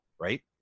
right